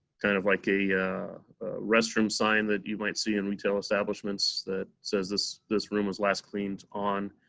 kind of like a restroom sign that you might see in retail establishments that says this this room was last cleaned on,